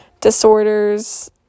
disorders